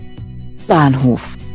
Bahnhof